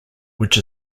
which